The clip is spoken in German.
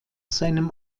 seinem